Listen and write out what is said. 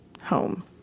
home